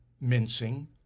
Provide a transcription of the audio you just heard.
mincing